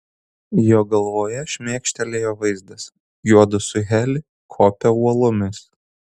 jo galvoje šmėkštelėjo vaizdas juodu su heli kopia uolomis